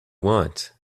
want